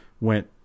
went